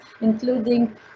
including